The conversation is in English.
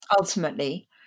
ultimately